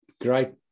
great